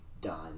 done